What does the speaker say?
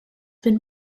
been